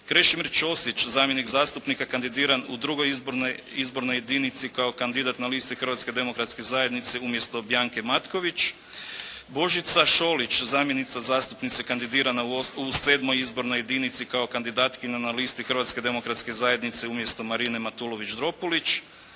Krešimir Ćosić zamjenik zastupnika kandidiran u II. izbornoj jedinici kao kandidat na listi Hrvatske demokratske zajednice umjesto Biance Matković, Božica Šolić zamjenica zastupnice kandidirana u VII. Izbornoj jedinici kao kandidatkinja na listi Hrvatske demokratske zajednice umjesto Marine Matulović-Dropulić,